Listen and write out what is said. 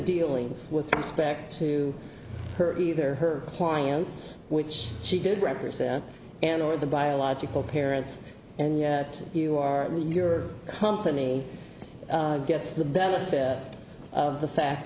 dealings with respect to her either her clients which she did represent and or the biological parents and yet you are in your company gets the benefit of the fact